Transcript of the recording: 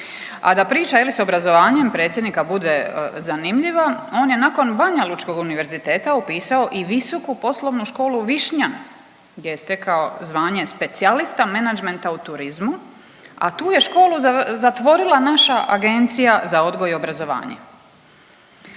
A da priča s obrazovanjem predsjednika bude zanimljiva on je nakon Banjalučkog univerziteta upisao i Visoku poslovnu školu Višnjan gdje je stekao zvanje Specijalista menadžmenta u turizmu, a tu je školu zatvorila naša Agencija za odgoj i obrazovanje.